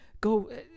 Go